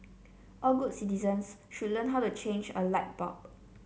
all good citizens should learn how to change a light bulb